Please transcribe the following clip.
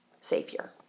savior